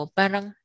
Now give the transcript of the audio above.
parang